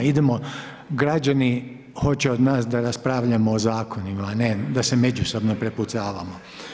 Idemo građani hoće od nas da raspravljamo o zakonima, a ne da se međusobno prepucavamo.